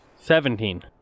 Seventeen